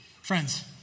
Friends